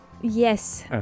Yes